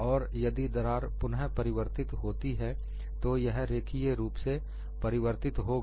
और यदि दरार पुनः परिवर्तित होती है तो यह रेखिए रूप से परिवर्तित होगा